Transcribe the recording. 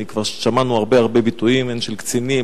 וכבר שמענו הרבה הרבה ביטויים של קצינים,